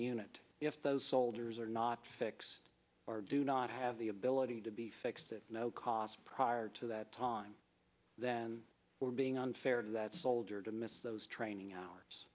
unit if those soldiers are not fixed or do not have the ability to be fixed at no cost prior to that time then we're being unfair to that soldier to miss those training hours